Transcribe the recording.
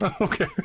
Okay